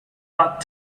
that